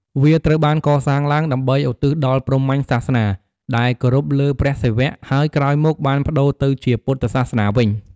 វាត្រូវបានកសាងឡើង ដើម្បីឧទ្ទិសដល់ព្រហ្មញ្ញសាសនា ដែលគោរពលើ ព្រះសិវៈ ហើយក្រោយមកបានប្តូរទៅជាពុទ្ធសាសនាវិញ។